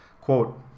Quote